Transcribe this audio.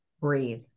breathe